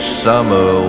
summer